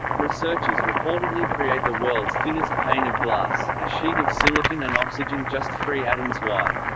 researchers reportedly create the world's thinnest pane of glass, a sheet of silicon and oxygen just three atoms wide.